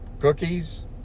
cookies